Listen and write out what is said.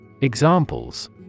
Examples